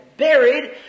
Buried